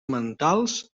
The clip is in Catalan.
mentals